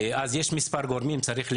יש מספר גורמים שצריך לשלב.